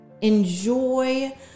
Enjoy